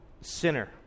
sinner